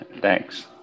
Thanks